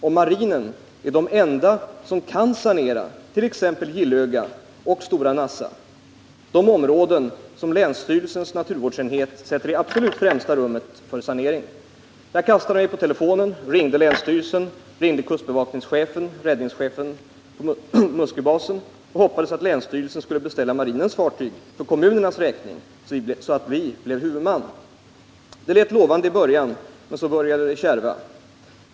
— Och marinen är de enda som kan sanera t ex Gillöga och Stora Nassa —-de områden som Jänsstyrelsens naturvårdsenhet sätter i absolut främsta rummet för sanering. Jag kastade mig på telefonen och ringde länsstyrelsen, ringde kustbevakningschefen —-—--, räddningschefen —---, Musköbasen och hoppades att länsstyrelsen skulle beställa marinens fartyg för kommunernas räkning så vi blev huvudman. — Det lät lovande i början, men så började det kärva.